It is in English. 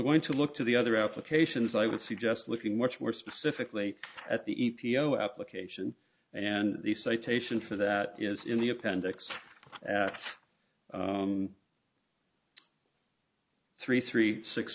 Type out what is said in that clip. going to look to the other applications i would suggest looking much more specifically at the e p o application and the citation for that is in the appendix three three six